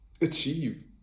achieve